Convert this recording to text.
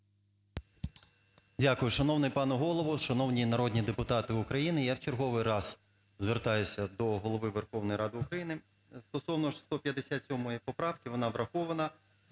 Дякую. Шановний пане Голово, шановні народні депутати України! Я в черговий раз звертаюся до Голови Верховної Ради України стосовно 157 поправки. Вона врахована